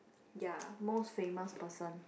ya most famous person